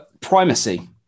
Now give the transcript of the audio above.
Primacy